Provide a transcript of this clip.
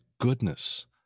goodness